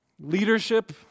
leadership